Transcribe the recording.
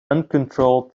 uncontrolled